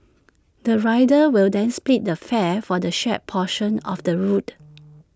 the riders will then split the fare for the shared portion of the route